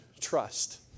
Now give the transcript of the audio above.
Trust